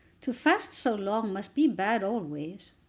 to fast so long must be bad always.